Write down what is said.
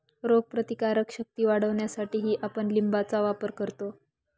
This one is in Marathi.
रोगप्रतिकारक शक्ती वाढवण्यासाठीही आपण लिंबाचा वापर करतो